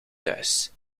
thuis